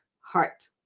heart